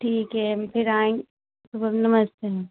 ठीक है हम फिर आएँ नमस्ते मैम